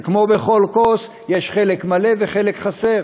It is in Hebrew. וכמו בכל כוס יש חלק מלא וחלק חסר.